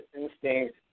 instinct